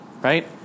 right